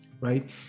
right